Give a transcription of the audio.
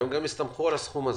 הם הסתמכו על הסכום הזה.